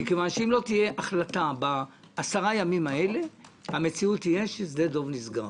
מכיוון שאם לא תהיה החלטה בעשרה ימים האלה המציאות תהיה ששדה דב ייסגר.